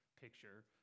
picture